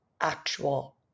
actual